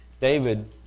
David